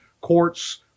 courts